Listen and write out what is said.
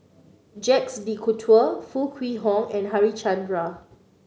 Jacques De Coutre Foo Kwee Horng and Harichandra